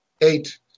Eight